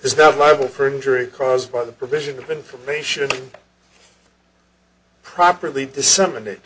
is not liable for injury caused by the provision of information properly disseminated